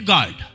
God